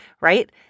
right